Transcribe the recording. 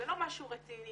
זה לא משהו רציני,